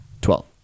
Twelve